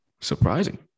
surprising